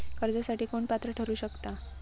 कर्जासाठी कोण पात्र ठरु शकता?